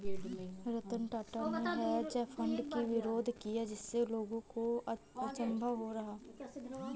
रतन टाटा ने hedge fund की विरोध किया जिससे लोगों को अचंभा हो रहा है